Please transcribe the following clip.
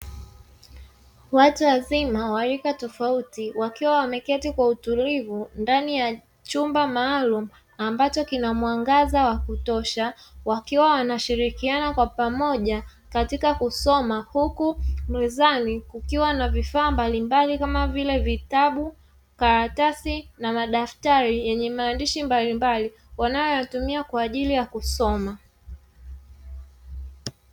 Watu wazima wa rika tofauti wakiwa wameketi kwa utulivu ndani ya chumba maalum ambacho kina mwangaza wa kutosha wakiwa wanashirikiana kwa pamoja katika kusoma, huku mezani kukiwa na vifaa mbalimbali kama vile vitabu, karatasi, na madaftari yenye maandishi mbalimbali wanayatumia kwa ajili ya kusoma.